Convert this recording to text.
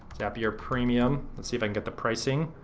zapier premium. let's see if i can get the pricing.